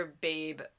Babe